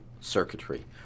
circuitry